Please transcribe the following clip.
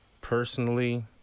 Personally